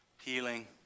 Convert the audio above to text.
healing